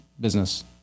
business